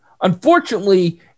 unfortunately